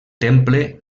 temple